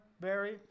Barry